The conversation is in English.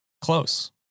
Close